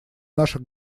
наших